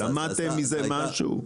למדתם מזה משהו?